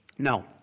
No